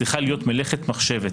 צריכה להיות מלאכת מחשבת.